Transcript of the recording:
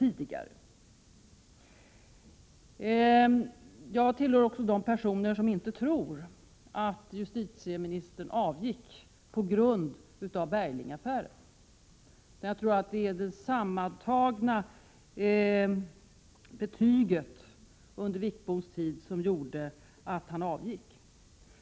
Jag tillhör också de personer som inte tror att justitieministern avgick på grund av Berglingaffären, utan att det var det sammantagna betyget som Wickbom fick under sin tid som gjorde att han avgick.